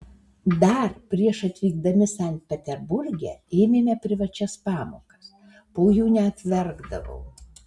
dar prieš atvykdami sankt peterburge ėmėme privačias pamokas po jų net verkdavau